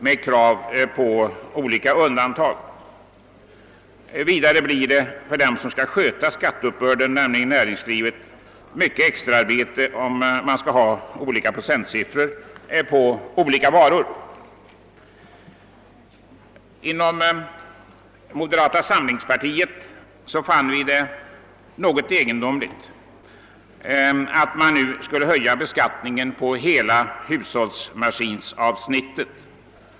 Vidare medför det mycket extraarbete för den part som skall sköta uppbörden, nämligen näringslivet, att tillämpa olika procentsiffror för olika varor. Vi har inom moderata samlingspartiet funnit det något egendomligt att man nu vill höja beskattningen inom hela hushållsmaskinsavsnittet.